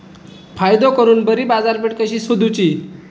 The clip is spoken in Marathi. फायदो करून बरी बाजारपेठ कशी सोदुची?